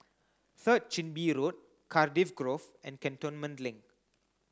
Third Chin Bee Road Cardiff Grove and Cantonment Link